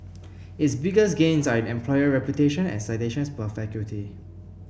its biggest gains are in employer reputation and citations per faculty